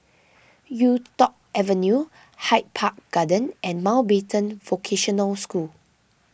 Yuk Tong Avenue Hyde Park Garden and Mountbatten Vocational School